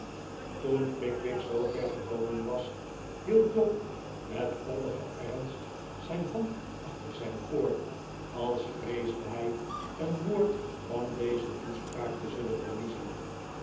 toen pickwick zoover gekomen was hield job met koddigen ernst zijn hand achter zijn oor als vreesde hij een woord van deze toespraak te zullen verliezen